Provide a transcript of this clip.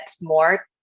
more